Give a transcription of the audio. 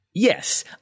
Yes